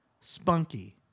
spunky